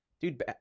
Dude